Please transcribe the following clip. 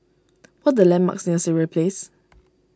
what the landmarks near Sireh Place